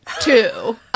two